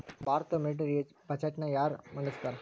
ಭಾರತದ ಮಿಲಿಟರಿ ಬಜೆಟ್ನ ಯಾರ ಮಂಡಿಸ್ತಾರಾ